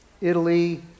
Italy